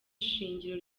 shingiro